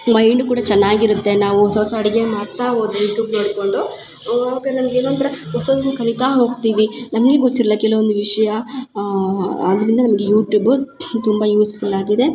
mind ಕೂಡ ಚೆನ್ನಾಗ್ ಇರುತ್ತೆ ನಾವು ಹೊಸ ಹೊಸ ಅಡ್ಗೆ ಮಾಡ್ತಾ ಹೋದರೆ ಯೂಟ್ಯೂಬ್ ನೋಡ್ಕೊಂಡು ನಮ್ಗ ಏನೊ ಒಂಥರ ಹೊಸ ಹೊಸ ಕಲಿತಾ ಹೋಗ್ತೀವಿ ನಮಗೆ ಗೊತ್ತಿಲ್ಲ ಕೆಲವೊಂದು ವಿಷಯ ಆದ್ದರಿಂದ ನಮಗೆ ಯೂಟ್ಯೂಬ್ ತುಂಬ ಯೂಝ್ಫುಲ್ ಆಗಿದೆ